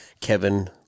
Kevin